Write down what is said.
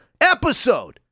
Episode